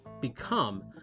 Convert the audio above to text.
become